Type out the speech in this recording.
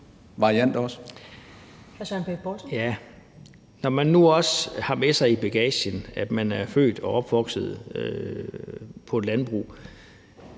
Når man nu også har med sig i bagagen, at man er født og opvokset på et landbrug,